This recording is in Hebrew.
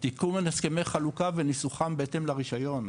תיקון על הסכמי חלוקה וניסוחה בהתאם לרישיון,